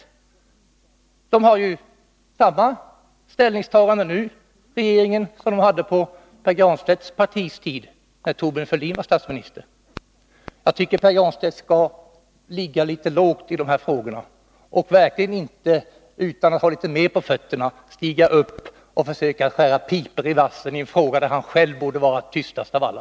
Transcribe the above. Regeringen gör i dag samma ställningstagande som den gjorde på den tid då Pär Granstedts parti satt vid makten och Thorbjörn Fälldin var statsminister. Jag tycker Pär Granstedt skall ligga litet lågt i de här frågorna och inte utan att ha litet mera på fötterna stiga upp och försöka skära pipor i vassen när det gäller en fråga där han själv borde vara tystast av alla.